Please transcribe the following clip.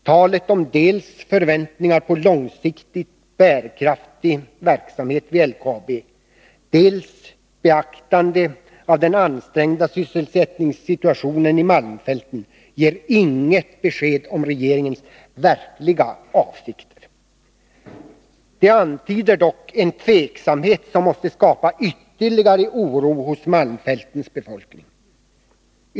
Talet om dels förväntningar på långsiktigt bärkraftig verksamhet vid LKAB, dels beaktande av den ansträngda sysselsättningssituationen i malmfälten ger inget besked om regeringens verkliga avsikter. Det antyder dock en tveksamhet som måste skapa ytterligare oro hos malmfältens befolkning.